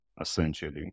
essentially